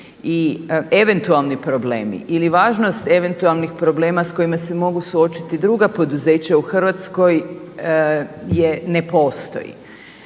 i eventualni problemi ili važnost eventualnih problema s kojima se mogu suočiti druga poduzeća u Hrvatskoj je ne postoji.